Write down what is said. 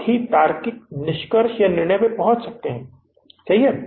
बहुत तार्किक निष्कर्ष या निर्णय पर पहुंचे सही